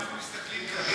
אנחנו מסתכלים קדימה.